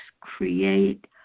create